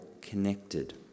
connected